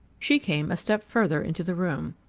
she came a step further into the room.